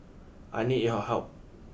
I need your help